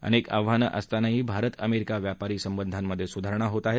अनेक आव्हानं असतानाही भारत अमेरिका व्यापारी संबंधामधे सुधारणा होत आहे